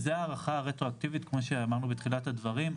זו הארכה רטרואקטיבית כמו שאמרנו בתחילת הדברים.